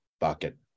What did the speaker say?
bucket